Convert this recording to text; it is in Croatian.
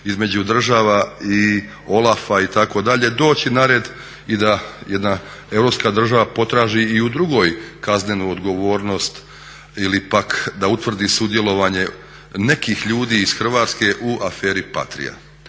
između država i olafa itd. doći na red i da jedna europska država potražio i u drugoj kaznenu odgovornost ili pak da utvrdi sudjelovanje nekih ljudi iz Hrvatske u aferi Patrija,